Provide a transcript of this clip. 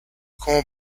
como